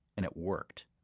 and it worked.